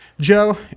Joe